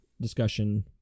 discussion